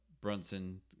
Brunson